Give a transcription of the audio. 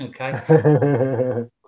Okay